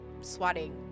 swatting